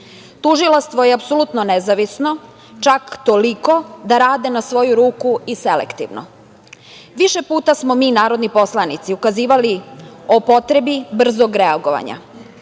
je apsolutno nezavisno, čak toliko da rade na svoju ruku i selektivno. Više puta smo mi narodni poslanici ukazivali o potrebi brzog reagovanja.